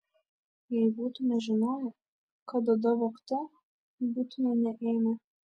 jei būtume žinoję kad oda vogta būtume neėmę